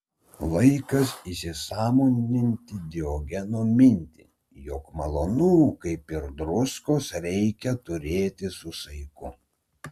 laikas įsisąmoninti diogeno mintį jog malonumų kaip ir druskos reikia turėti su saiku